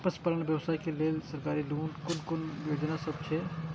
पशु पालन व्यवसाय के लेल सरकारी कुन कुन योजना सब छै?